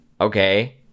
Okay